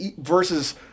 versus